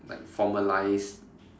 like formalize